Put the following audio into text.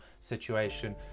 situation